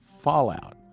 fallout